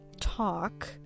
talk